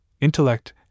intellect